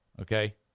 okay